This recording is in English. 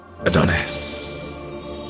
Adonis